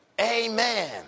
Amen